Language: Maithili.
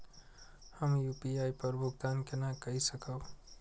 हम यू.पी.आई पर भुगतान केना कई सकब?